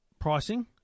pricing